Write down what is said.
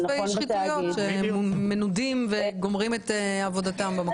כמו חושפי שחיתויות שמנודים וגומרים את עבודתם במקום.